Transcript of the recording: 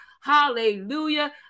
hallelujah